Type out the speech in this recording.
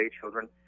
children